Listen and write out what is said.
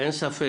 זה חייב.